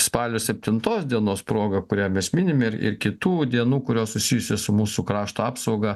spalio septintos dienos proga kurią mes minime ir ir kitų dienų kurios susijusios su mūsų krašto apsauga